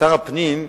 ששר הפנים,